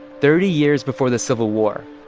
thirty years before the civil war,